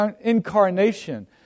incarnation